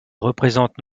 représente